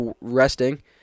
resting